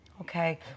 Okay